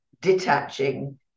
detaching